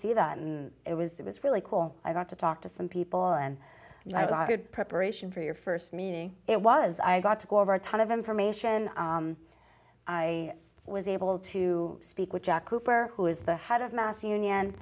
see that and it was it was really cool i got to talk to some people and i was good preparation for your st meeting it was i got to go over a ton of information i was able to speak with jack cooper who is the head of mass union